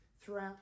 throughout